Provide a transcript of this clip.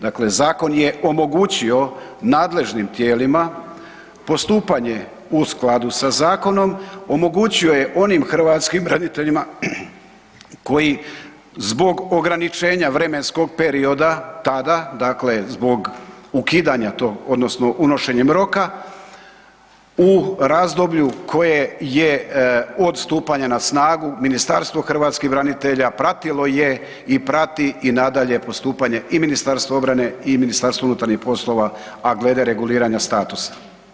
Dakle, zakon je omogućio nadležnim tijelima postupanje u skladu sa zakonom, omogućio je onim hrvatskim braniteljima koji zbog ograničenja vremenskog perioda, tada dakle, zbog ukidanja tog odnosno unošenjem roka u razdoblju koje je od stupanja na snagu, Ministarstvo hrvatskih branitelja pratilo je i prati i nadalje postupanje i Ministarstva obrane i MUP-a a glede reguliranja statusa.